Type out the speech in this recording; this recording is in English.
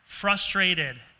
frustrated